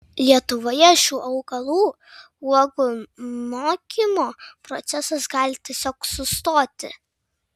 lietuvoje šių augalų uogų nokimo procesas gali tiesiog sustoti